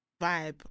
vibe